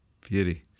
Beauty